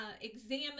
examine